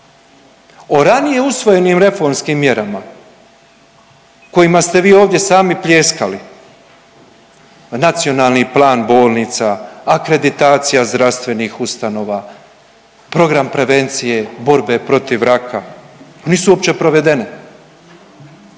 O ranije usvojenim reformskim mjerama kojima ste vi ovdje sami pljeskali. Nacionalni plan bolnica, akreditacija zdravstvenih ustanova, program prevencije borbe protiv raka nisu uopće provedene,